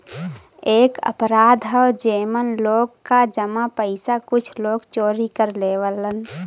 एक अपराध हौ जेमन लोग क जमा पइसा कुछ लोग चोरी कर लेवलन